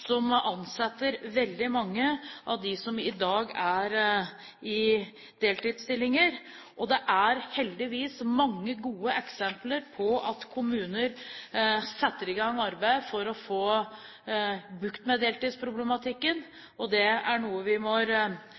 som ansetter veldig mange av dem som i dag er i deltidsstillinger. Det er heldigvis mange gode eksempler på at kommuner setter i gang arbeid for å få bukt med deltidsproblematikken, og det er noe vi må